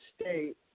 state